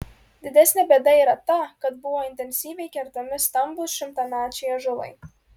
didesnė bėda yra ta kad buvo intensyviai kertami stambūs šimtamečiai ąžuolai